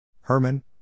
Herman